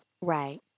Right